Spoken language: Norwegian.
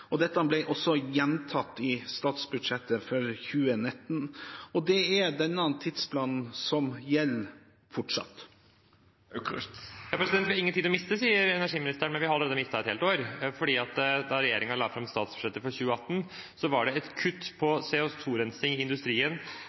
Dette ble også gjentatt i statsbudsjettet for 2019. Det er denne tidsplanen som fortsatt gjelder. Vi har ingen tid å miste, sier energiministeren. Men vi har allerede mistet et helt år, for da regjeringen la fram statsbudsjettet for 2018, var det et kutt til CO 2 -rensing i industrien